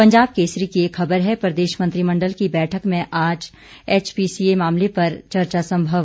पंजाब केसरी की एक खबर है प्रदेश मंत्रिमण्डल की बैठक में आज एवपीसीए मामले पर चर्चा संभव